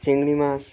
চিংড়ি মাছ